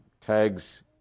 tags